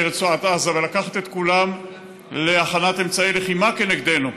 רצועת עזה ולקחת את כולם להכנת אמצעי לחימה כנגדנו,